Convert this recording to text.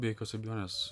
be jokios abejonės